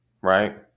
right